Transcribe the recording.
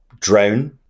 drone